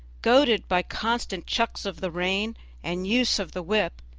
goaded by constant chucks of the rein and use of the whip,